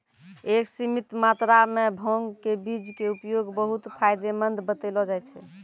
एक सीमित मात्रा मॅ भांग के बीज के उपयोग बहु्त फायदेमंद बतैलो जाय छै